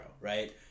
right